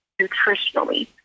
nutritionally